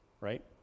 right